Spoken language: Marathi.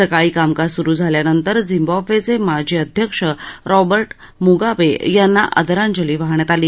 सकाळी कामकाज स्रु झाल्यानंतर झिम्बाब्वेचे माजी अध्यक्ष रॉबर्ट मुगाबे यांना आदरांजली वाहण्यात आली